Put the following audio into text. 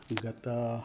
गते